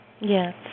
Yes